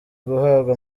guhabwa